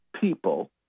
people